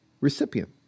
recipient